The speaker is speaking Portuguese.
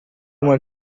uma